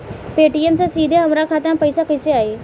Paytm से सीधे हमरा खाता मे पईसा कइसे आई?